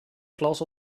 glas